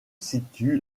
situe